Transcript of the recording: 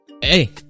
Hey